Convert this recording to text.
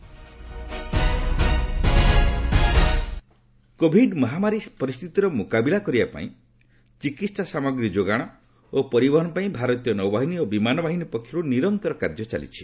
air force covid ମହାମାରୀ ପରିସ୍ଥିତିର ମୁକାବିଲା କରିବାପାଇଁ ଚିକିତ୍ସା ସାମଗ୍ରୀ ଯୋଗାଣ ଓ ପରିବହନ ପାଇଁ ଭାରତୀୟ ନୌବାହିନୀ ଓ ବିମାନ ବାହିନୀ ପକ୍ଷରୁ ନିରନ୍ତର କାର୍ଯ୍ୟ ଚାଲିଛି